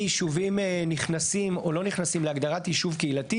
יישובים נכנסים או לא נכנסים להגדרת יישוב קהילתי